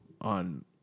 on